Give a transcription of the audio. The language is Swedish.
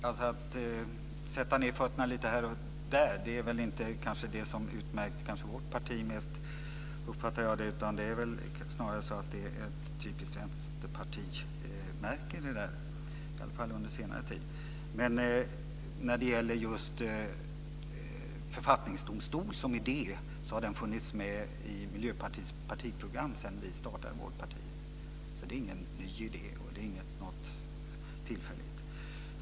Fru talman! Att sätta ned fötterna lite här och där är väl kanske inte det som utmärker vårt parti mest, som jag uppfattar det, utan det är väl snarare ett typiskt vänsterpartimärke, i alla fall under senare tid. Men när det gäller just en författningsdomstol som idé har den funnits med i Miljöpartiets partiprogram sedan vi startade vårt parti, så det är inte någon ny idé eller något tillfälligt.